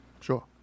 Sure